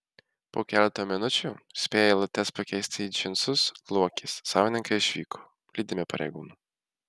po keleto minučių spėję eilutes pakeisti į džinsus luokės savininkai išvyko lydimi pareigūnų